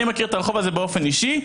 אני מכיר את הרחוב הזה באופן אישי.